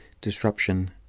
disruption